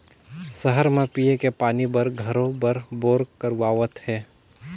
सहर म पिये के पानी बर घरों घर बोर करवावत हें